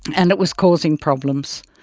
and it was causing problems.